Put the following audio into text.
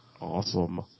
Awesome